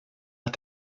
att